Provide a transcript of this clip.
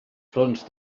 fronts